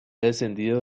descendido